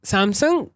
Samsung